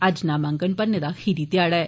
अज्ज नामांकन भरने दा खीरी ध्याड़ा ऐ